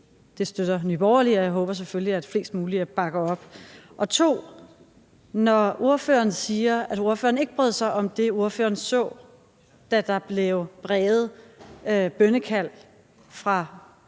Det støtter Nye Borgerlige, og jeg håber selvfølgelig, at flest mulige bakker op. For det andet: Når ordføreren siger, at ordføreren ikke brød sig om det, ordføreren så, da der blev bræget bønnekald fra